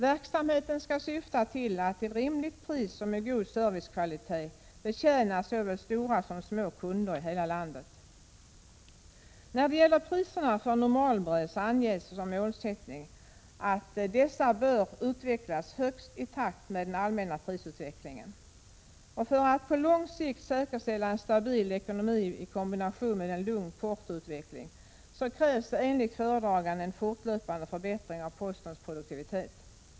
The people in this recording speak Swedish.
Verksamheten skall syfta till att till rimligt pris och med god servicekvalitet betjäna såväl stora som små kunder i hela landet. När det gäller priserna för normalbrev anges som målsättning att dessa bör utvecklas högst i takt med den allmänna prisutvecklingen. För att på lång sikt säkerställa en stabil ekonomi i kombination med en lugn portoutveckling krävs enligt föredraganden en fortlöpande förbättring av postens produktivitet.